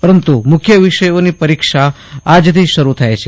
પરંતુ મુખ્ય વિષયો ની પરીક્ષા આજથી શરુ થાય છે